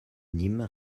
nîmes